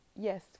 Yes